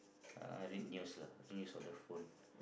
I read news lah news on the phone